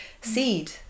seed